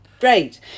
Great